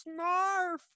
snarf